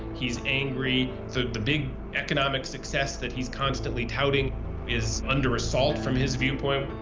he's angry. the the big economic success that he's constantly touting is under assault, from his viewpoint.